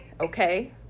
Okay